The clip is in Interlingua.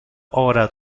ora